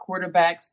quarterbacks